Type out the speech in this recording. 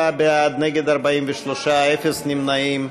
34 בעד, נגד, 43, אפס נמנעים.